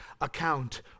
account